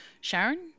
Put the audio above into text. Sharon